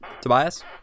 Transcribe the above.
Tobias